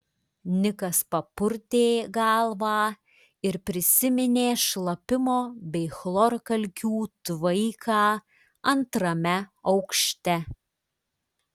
nikas papurtė galvą ir prisiminė šlapimo bei chlorkalkių tvaiką antrame aukšte